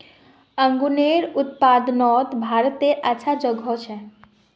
अन्गूरेर उत्पादनोत भारतेर अच्छा जोगोह छे